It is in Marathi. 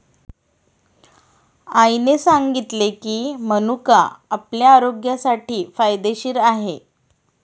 आईने सांगितले की, मनुका आपल्या आरोग्यासाठी फायदेशीर आहे